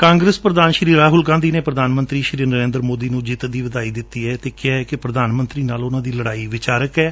ਕਾਂਗਰਸ ਪ੍ਰਧਾਨ ਰਾਹੁਲ ਗਾਂਧੀ ਨੇ ਪ੍ਰਧਾਨ ਮੰਤਰੀ ਨਰੇਦਰ ਮੋਦੀ ਨੂੰ ਜਿੱਤ ਦੀ ਵਧਾਈ ਦਿੱਡੀ ਏ ਅਤੇ ਕਿਹਾ ਕਿ ਪ੍ਰਧਾਨ ਮੰਤਰੀ ਨਾਲ ਉਨ੍ਹਾਂ ਦੀ ਲੜਾਈ ਵਿਚਾਰਕ ਏ